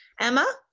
Emma